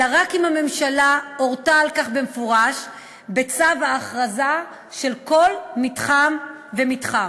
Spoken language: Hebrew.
אלא רק אם הממשלה הורתה על כך במפורש בצו ההכרזה של כל מתחם ומתחם.